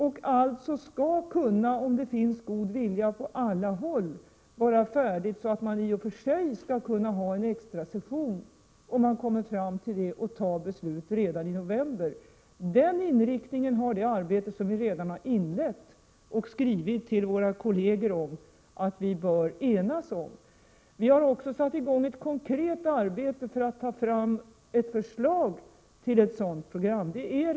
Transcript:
Förslaget skall alltså, om det finns god vilja på alla håll, kunna vara färdigt så att man i och för sig, om man kommer fram till att så skall ske, kan ha en extrasession och ta beslut redan i november. Den inriktningen har det arbete som vi redan har inlett — en inriktning som vi skrivit till våra kolleger att vi bör enas om. Vi har också redan satt i gång ett konkret arbete för att ta fram förslag till ett sådant program.